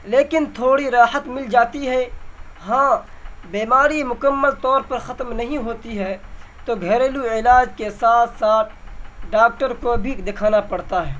لیکن تھوڑی راحت مل جاتی ہے ہاں بیماری مکمل طور پر ختم نہیں ہوتی ہے تو گھریلو علاج کے ساتھ ساتھ ڈاکٹر کو بھی دکھانا پڑتا ہے